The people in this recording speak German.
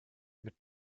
mit